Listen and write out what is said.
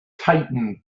tightened